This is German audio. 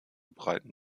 breiten